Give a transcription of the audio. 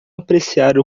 apreciar